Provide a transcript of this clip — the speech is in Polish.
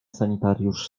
sanitariusz